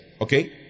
Okay